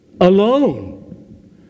alone